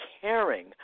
caring